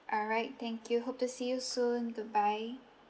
alright thank you hope to see you soon goodbye